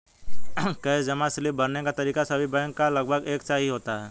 cash जमा slip भरने का तरीका सभी बैंक का लगभग एक सा ही होता है